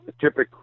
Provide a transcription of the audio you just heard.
Typically